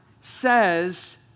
says